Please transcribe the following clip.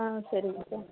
ஆ சரிங்க சார்